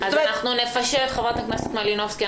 אנחנו נפשט, חברת הכנסת מלינובסקי.